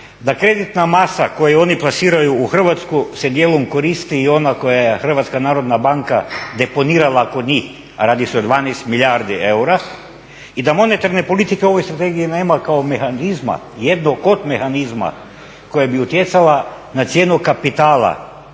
da kreditna masa koju oni plasiraju u Hrvatsku se dijelom koristi i ona koju je HNB deponirala kod njih a radi se o 12 milijardi eura i da monetarne politike u ovoj strategiji nema kao mehanizma jednog od mehanizama koja bi utjecala na cijenu kapitala